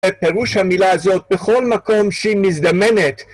‫את פירוש המילה הזאת ‫בכל מקום שהיא מזדמנת.